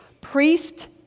priest